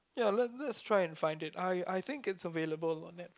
ya let let's try and find it I I think it's available on Netflix